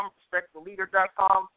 RespectTheLeader.com